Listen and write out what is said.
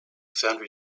foundry